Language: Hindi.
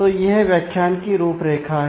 तो यह व्याख्यान की रूपरेखा है